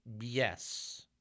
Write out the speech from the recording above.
yes